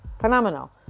Phenomenal